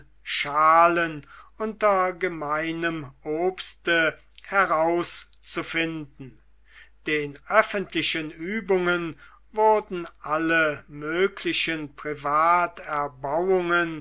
schalen unter gemeinem obste herauszufinden den öffentlichen übungen wurden alle möglichen